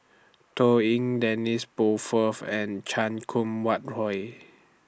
Toh Liying Dennis Bloodworth and Chan Kum Wah Roy